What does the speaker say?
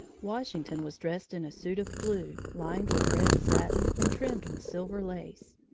washington was dressed in a suit of blue, lined with red satin and trimmed with silver lace.